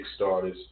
Kickstarters